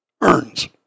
earns